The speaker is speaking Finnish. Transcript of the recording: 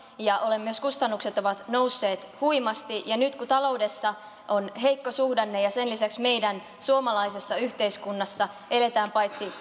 ja jossa myös kustannukset ovat nousseet huimasti ja nyt kun taloudessa on heikko suhdanne ja sen lisäksi meidän suomalaisessa yhteiskunnassamme eletään